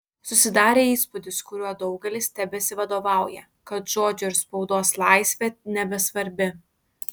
susidarė įspūdis kuriuo daugelis tebesivadovauja kad žodžio ir spaudos laisvė nebesvarbi